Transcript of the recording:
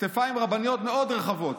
כתפיים רבניות מאוד רחבות.